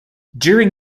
during